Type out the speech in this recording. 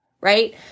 right